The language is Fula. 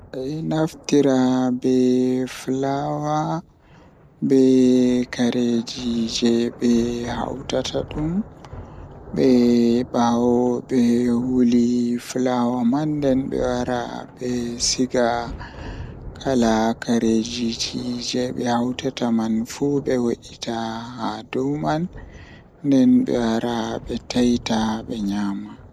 Nomi timminta nyalanɗe woonde kannjum woni Ko woni so waɗde laawol ngol njogii, miɗo yiɗi saama e waɗde goɗɗum ngal. Miɗo waawi ɗaɗi e faamde ko mi njogii ngal sabu mi foti nder huuwi, kadi miɓɓe njogii goɗɗum ngal.